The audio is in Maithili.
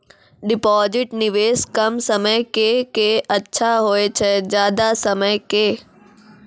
डिपॉजिट निवेश कम समय के के अच्छा होय छै ज्यादा समय के?